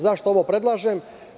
Zašto ovo predlažem?